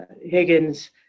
Higgins